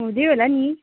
हुँदै होला नि